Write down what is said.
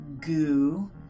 goo